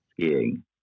skiing